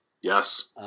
Yes